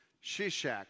Shishak